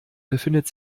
befindet